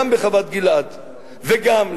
גם בחוות-גלעד וגם,